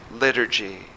liturgy